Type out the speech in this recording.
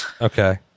Okay